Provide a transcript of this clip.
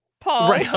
Paul